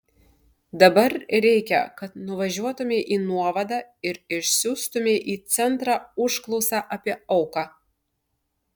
dabar reikia kad nuvažiuotumei į nuovadą ir išsiųstumei į centrą užklausą apie auką